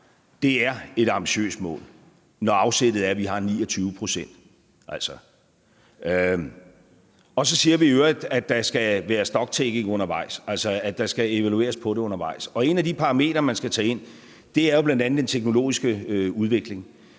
det er et ambitiøst mål, når afsættet er, at vi har 29 pct. Og så siger vi i øvrigt, at der skal være stocktaking undervejs, altså at der skal evalueres på det undervejs. En af de parametre, man skal tage ind, er jo bl.a. den teknologiske udvikling.